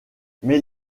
mais